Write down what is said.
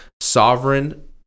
sovereign